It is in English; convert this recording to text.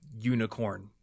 unicorn